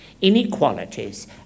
Inequalities